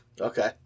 Okay